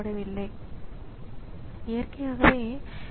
பின்னர் அது அதற்கேற்ப செயல்படத் தொடங்குகிறது